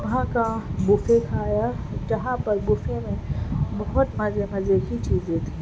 وہاں کا بفے کھایا جہاں پر بفے میں بہت مزے مزے کی چیزیں تھی